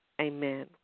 Amen